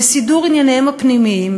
לסידור ענייניהם הפנימיים,